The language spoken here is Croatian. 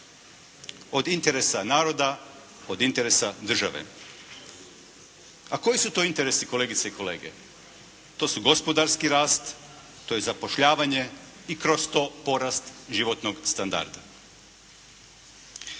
od interesa naroda, od interesa države. A koji su to interesi kolegice i kolege? To su gospodarski rast, to je zapošljavanje i kroz to porast životnog standarda.